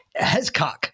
Hescock